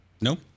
No